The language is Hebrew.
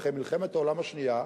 אחרי מלחמת העולם השנייה,